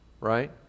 Right